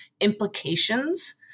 implications